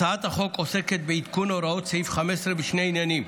הצעת החוק עוסקת בעדכון הוראות סעיף 15 בשני עניינים: